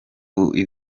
n’ibindi